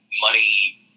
money